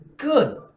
Good